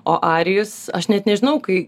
o arijus aš net nežinau kai